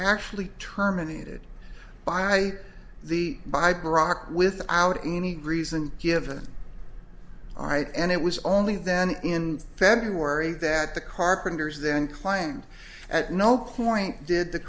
actually terminated by the by brock without any reason given all right and it was only then in february that the carpenters then claimed at no point did the